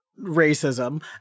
racism